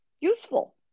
useful